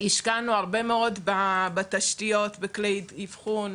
השקענו הרבה מאוד בתשתיות וכלי אבחון